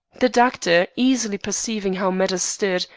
the doctor, easily perceiving how matters stood,